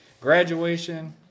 graduation